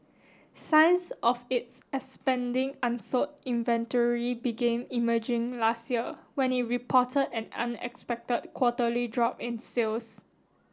signs of its expanding unsold inventory began emerging last year when it reported an unexpected quarterly drop in sales